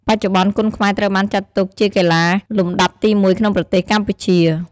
បច្ចុប្បន្ន គុនខ្មែរត្រូវបានចាត់ទុកជាកីឡាលំដាប់ទីមួយក្នុងប្រទេសកម្ពុជា។